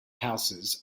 houses